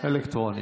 אלקטרונית.